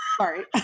Sorry